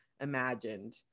imagined